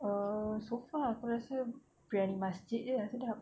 err so far aku rasa biryani masjid jer yang sedap